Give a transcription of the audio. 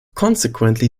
consequently